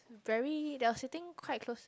very that was sitting quite close